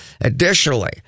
Additionally